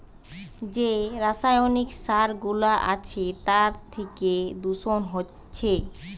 যে রাসায়নিক সার গুলা আছে তার থিকে দূষণ হচ্ছে